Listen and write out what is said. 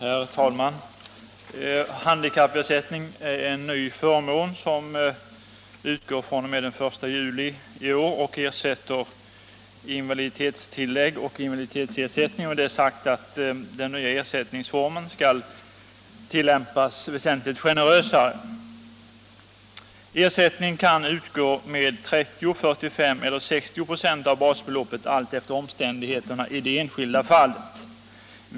Herr talman! Handikappersättning är en ny förmån som utgår fr.o.m. den 1 juli i år och ersätter invaliditetstillägget och invaliditetsersättningen. Det är sagt att den nya ersättningsformen skall tillämpas väsentligt generösare än de tidigare formerna. Ersättning kan utgå med 30, 45 eller 60 96 av basbeloppet alltefter omständigheterna i det enskilda fallet.